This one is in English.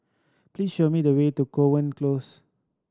please show me the way to Kovan Close